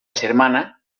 germana